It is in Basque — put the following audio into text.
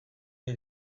ohi